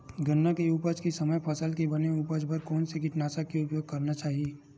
गन्ना के उपज के समय फसल के बने उपज बर कोन से कीटनाशक के उपयोग करना चाहि?